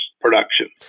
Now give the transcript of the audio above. production